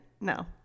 No